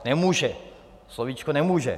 Nemůže, slovíčko nemůže.